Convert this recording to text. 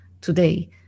today